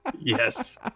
Yes